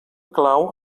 clau